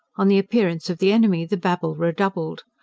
on the appearance of the enemy the babel redoubled.